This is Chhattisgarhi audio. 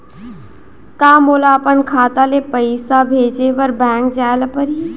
का मोला अपन खाता ले पइसा भेजे बर बैंक जाय ल परही?